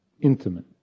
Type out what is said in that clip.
intimate